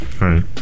Right